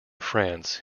france